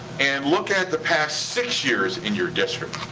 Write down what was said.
and look at the past six years in your district.